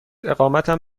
اقامتم